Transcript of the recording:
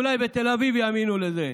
ואולי בתל אביב יאמינו לזה,